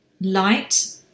light